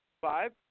Five